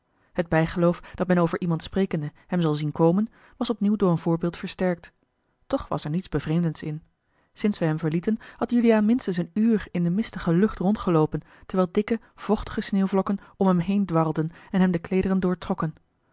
het bijgeloof dat men over iemand sprekende hem zal zien a l g bosboom-toussaint de delftsche wonderdokter eel was opnieuw door een voorbeeld versterkt toch was er niets bevreemdends in sinds wij hem verlieten had juliaan minstens een uur in de mistige lucht rondgeloopen terwijl dikke vochtige sneeuwvlokken om hem heen dwarrelden en hem de kleederen doortrokken